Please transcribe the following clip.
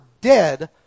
dead